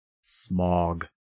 Smog